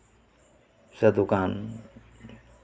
ᱥᱮ ᱫᱳᱠᱟᱱ